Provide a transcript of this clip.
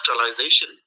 industrialization